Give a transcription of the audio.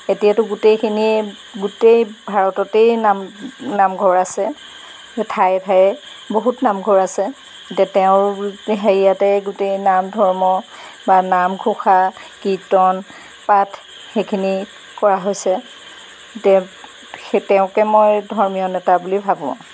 এতিয়াতো গোটেইখিনিয়ে গোটেই ভাৰততেই নাম নামঘৰ আছে ঠায়ে ঠায়ে বহুত নামঘৰ আছে এতিয়া তেওঁৰ হেৰিয়াতে গোটেই নাম ধৰ্ম বা নামঘোষা কীৰ্তন পাঠ সেইখিনি কৰা হৈছে এতিয়া সেই তেওঁকে মই ধৰ্মীয় নেতা বুলি ভাবোঁ